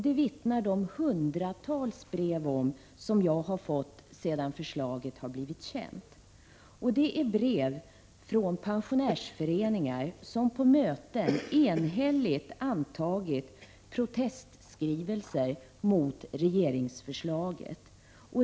Det vittnar de hundratals brev om som jag har fått sedan förslaget har blivit känt. Det är brev från pensionärsföreningar, som på möten enhälligt antagit protestskrivelser mot regeringens förslag.